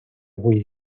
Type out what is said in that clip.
avui